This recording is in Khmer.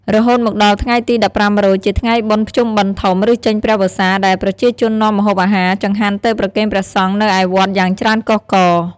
រហូតមកដល់ថ្ងៃទី១៥រោចជាថ្ងៃបុណ្យភ្ជុំបិណ្ឌធំ ឬចេញព្រះវស្សា ដែលប្រជាជននាំម្អូបអាហារ ចង្ហាន់ទៅប្រគេនព្រះសង្ឃនៅឯវត្តយ៉ាងច្រើនកុះករ។